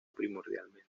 primordialmente